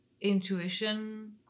intuition